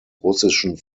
russischen